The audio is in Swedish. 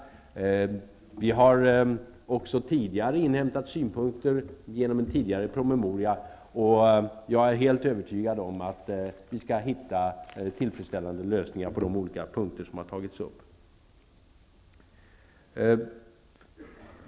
Vi har också tidigare inhämtat synpunkter genom en promemoria. Jag är helt övertygad om att vi skall finna tillfredsställande lösningar på de olika frågor som tagits upp.